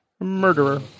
Murderer